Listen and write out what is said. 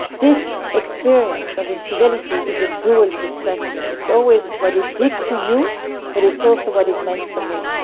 this experience of infidelity is a dual perspective. it's always what it did to you but it's also what it meant for me.